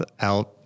out